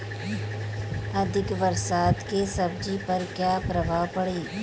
अधिक बरसात के सब्जी पर का प्रभाव पड़ी?